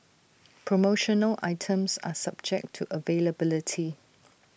promotional items are subject to availability